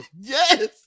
Yes